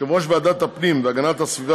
יושב-ראש ועדת הפנים והגנת הסביבה